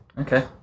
Okay